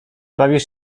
bawisz